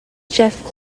jeff